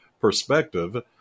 perspective